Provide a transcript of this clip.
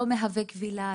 לא מהווה כבילה,